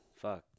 fuck